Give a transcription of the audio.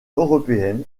européenne